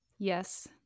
Yes